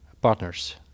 partners